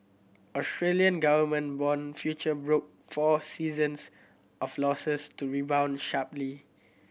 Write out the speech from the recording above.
Australian government bond future broke four sessions of losses to rebound sharply